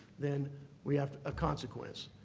then we have a consequence.